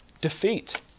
defeat